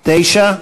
9?